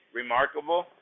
remarkable